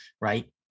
right